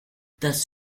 das